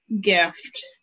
gift